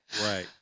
Right